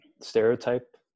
stereotype